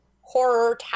horror